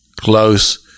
close